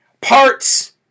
Parts